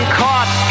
caught